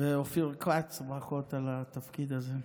ואופיר כץ, ברכות על התפקיד הזה.